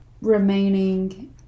remaining